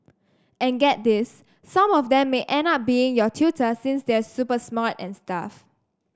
and get this some of them may end up being your tutor since they're super smart and stuff